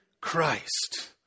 Christ